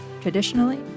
traditionally